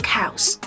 house